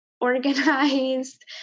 organized